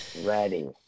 Ready